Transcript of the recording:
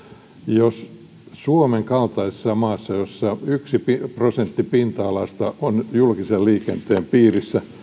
jos suomen kaltaisessa maassa jossa yksi prosentti pinta alasta on julkisen liikenteen piirissä